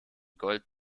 gold